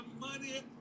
money